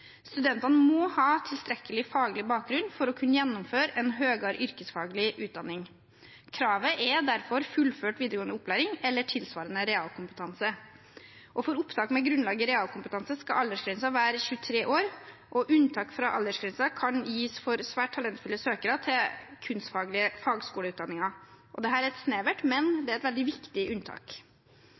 Studentene må ha tilstrekkelig faglig bakgrunn for å kunne gjennomføre en høyere yrkesfaglig utdanning. Kravet er derfor fullført videregående opplæring eller tilsvarende realkompetanse. For opptak med grunnlag i realkompetanse skal aldersgrensen være 23 år. Unntak fra aldersgrensen kan gis for svært talentfulle søkere til kunstfaglige fagskoleutdanninger. Det er et snevert, men veldig viktig unntak. Innføringen av et